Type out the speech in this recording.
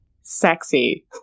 sexy